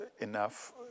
enough